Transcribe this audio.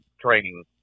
Training